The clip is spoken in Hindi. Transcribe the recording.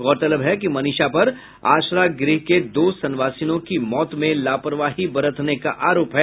गौरतलब है कि मनीषा पर आसरा गृह के दो संवासिनों की मौत में लापरवाही बरतने का आरोप है